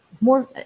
more